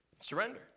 surrender